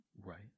Right